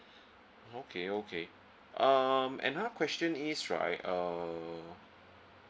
okay okay um another question is right uh